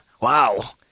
Wow